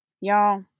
Y'all